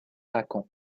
racan